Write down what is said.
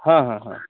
हॅं हॅं हॅं